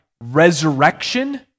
resurrection